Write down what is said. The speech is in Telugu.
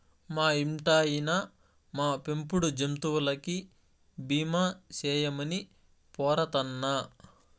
మా ఇంటాయినా, మా పెంపుడు జంతువులకి బీమా సేయమని పోరతన్నా